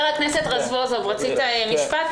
חבר הכנסת רזבוזוב, רצית לומר משפט.